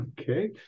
okay